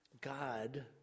God